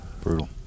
brutal